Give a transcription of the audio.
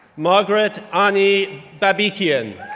margaret ani babikian,